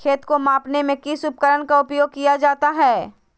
खेत को मापने में किस उपकरण का उपयोग किया जाता है?